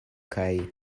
kaj